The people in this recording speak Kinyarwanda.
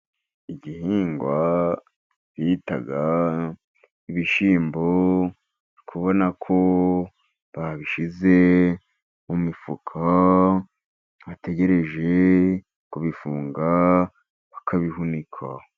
Igihingwa bitaga ibishyimbo uri kubona ko babishyize mu mifuka, bategereje kubifunga bakabihunika.